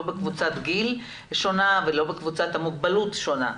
לא בקבוצת גיל שונה או בקבוצת מוגבלות שונה.